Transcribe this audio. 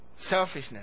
Selfishness